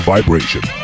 Vibration